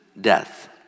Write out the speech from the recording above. death